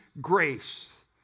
grace